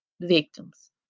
victims